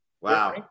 wow